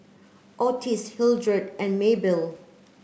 Ottis Hildred and Maybelle